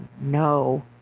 no